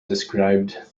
described